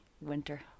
winter